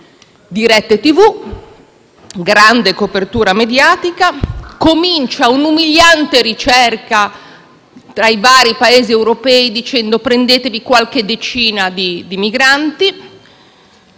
dirette TV, grande copertura mediatica. Comincia un'umiliante ricerca tra i vari Paesi europei invitandoli a prendersi qualche decina di migranti.